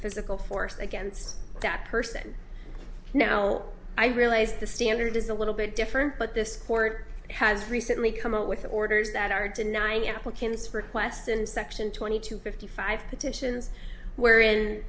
physical force against that person now i realize the standard is a little bit different but this court has recently come out with orders that are denying applications for question section twenty two fifty five petitions where in